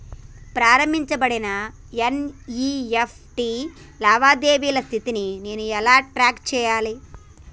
ప్రారంభించబడిన ఎన్.ఇ.ఎఫ్.టి లావాదేవీల స్థితిని నేను ఎలా ట్రాక్ చేయాలి?